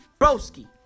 broski